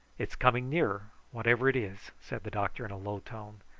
it's coming nearer, whatever it is, said the doctor in a low tone,